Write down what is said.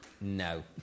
No